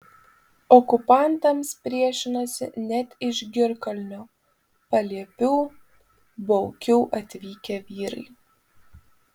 okupantams priešinosi net iš girkalnio paliepių baukių atvykę vyrai